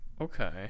Okay